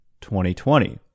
2020